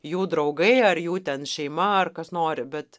jų draugai ar jų ten šeima ar kas nori bet